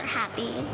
happy